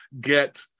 get